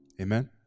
amen